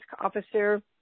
officer